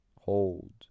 Hold